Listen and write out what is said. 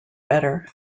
better